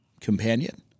companion